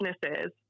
businesses